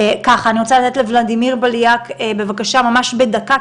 אני רוצה לתת לולדימיר בליאק את רשות הדיבור.